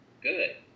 good